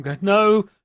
No